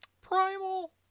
Primal